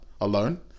alone